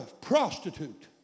prostitute